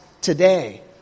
today